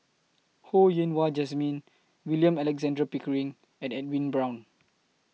Ho Yen Wah Jesmine William Alexander Pickering and Edwin Brown